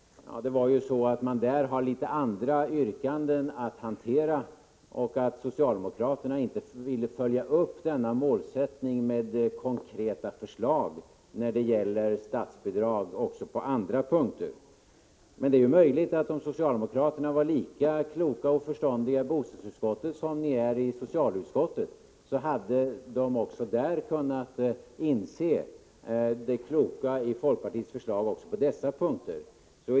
Men bostadsutskottet hade att hantera också andra yrkanden, och socialdemokraterna vill inte följa upp målsättningen med konkreta förslag när det gäller statsbidrag även på andra punkter. Om socialdemokraterna i bostadsutskottet hade varit lika kloka och förståndiga som ni är i socialutskottet, är det möjligt att de även i bostadsutskottet hade kunnat inse det förnuftiga i folkpartiets förslag också på dessa punkter.